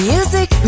Music